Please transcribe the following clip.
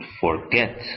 forget